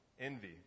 envy